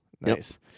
nice